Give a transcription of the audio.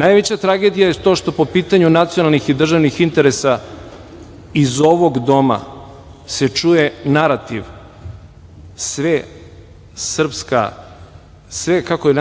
Najveća tragedija je to što po pitanju nacionalnih i državnih interesa iz ovog doma se čuje narativ, kako je